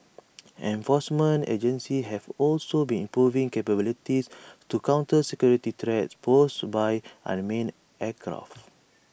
enforcement agencies have also been improving capabilities to counter security threats posed by unmanned aircraft